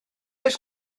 oes